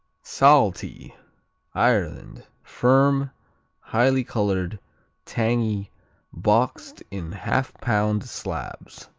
saltee ireland firm highly colored tangy boxed in half-pound slabs.